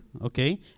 okay